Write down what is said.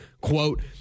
Quote